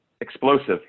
explosive